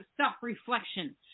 self-reflection